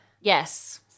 yes